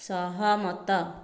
ସହମତ